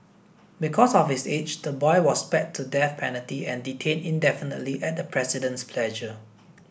because of his age the boy was spared the death penalty and detained indefinitely at the President's pleasure